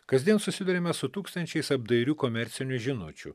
kasdien susiduriame su tūkstančiais apdairių komercinių žinučių